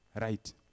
Right